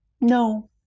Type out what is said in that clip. No